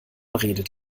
redet